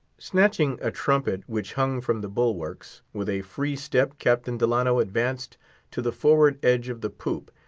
snatching a trumpet which hung from the bulwarks, with a free step captain delano advanced to the forward edge of the poop,